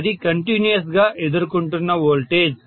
అది కంటిన్యూయస్ గా ఎదుర్కొంటున్న వోల్టేజ్